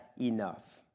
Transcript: enough